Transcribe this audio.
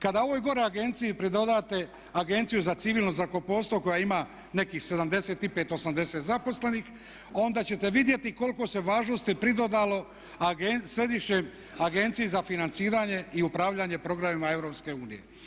Kada ovoj gore agenciji pridodate Agenciju za civilno zrakoplovstvo koja ima nekih 75, 80 zaposlenih onda ćete vidjeti koliko se važnosti pridodalo Središnjoj agenciji za financiranje i upravljanje programima Europske unije.